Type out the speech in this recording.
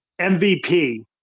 MVP